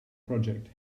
project